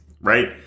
right